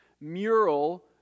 mural